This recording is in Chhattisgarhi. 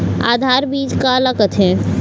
आधार बीज का ला कथें?